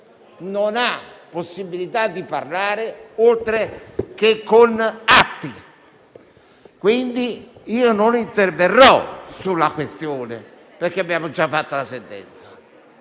non ha possibilità di parlare se non con atti. Pertanto io non interverrò sulla questione, perché abbiamo già fatto la sentenza,